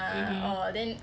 mmhmm